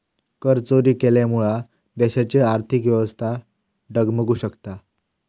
करचोरी केल्यामुळा देशाची आर्थिक व्यवस्था डगमगु शकता